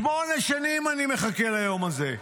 שמונה שנים אני מחכה ליום הזה.